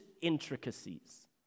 intricacies